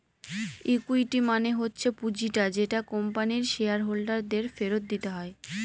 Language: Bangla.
ইকুইটি মানে হচ্ছে পুঁজিটা যেটা কোম্পানির শেয়ার হোল্ডার দের ফেরত দিতে হয়